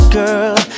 girl